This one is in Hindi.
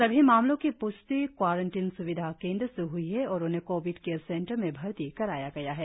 सभी मामलों की प्ष्टि क्वारंटिन सुविधा केंद्र से हुई है और उन्हें कोविड केयर सेंटर में भर्ती कराया गया है